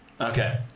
Okay